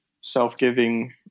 self-giving